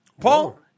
Paul